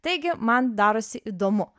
taigi man darosi įdomu